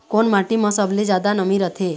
कोन माटी म सबले जादा नमी रथे?